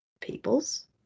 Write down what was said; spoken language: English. peoples